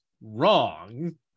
wrong